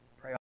pray